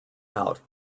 out